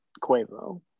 Quavo